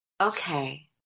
Okay